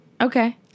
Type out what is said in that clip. Okay